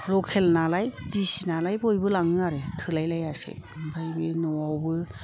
लकेल नालाय देसि नालाय बयबो लाङो आरो थोलाय लायासो ओमफ्राय बे न'आवबो